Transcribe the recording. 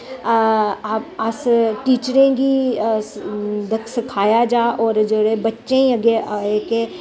अस टीचरें गी सखाया जा होर जेह्डे़ बच्चे अग्गें जेह्के